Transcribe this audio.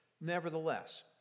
nevertheless